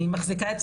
אני מחזיקה אצבעות.